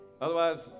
otherwise